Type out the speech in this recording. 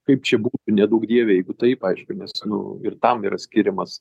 kaip čia būtų neduok dieve jeigu taip aišku nes nu ir tam yra skiriamas